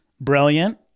brilliant